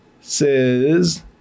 says